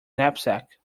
knapsack